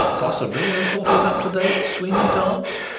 possibly a sort of up-to-date sweeney todd's?